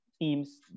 teams